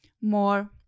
more